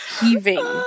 heaving